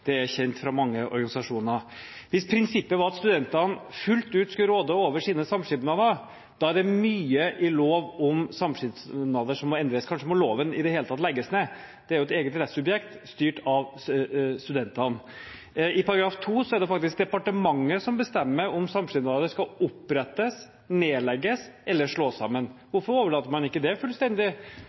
Det er kjent fra mange organisasjoner. Hvis prinsippet var at studentene fullt ut skulle råde over sine samskipnader, er det mye i lov om studentsamskipnader som må endres. Kanskje må loven i det hele tatt legges ned. Det er jo et eget rettssubjekt styrt av studentene. I § 2 er det faktisk departementet som bestemmer om samskipnader skal opprettes, nedlegges eller slås sammen. Hvorfor overlater man ikke det fullstendig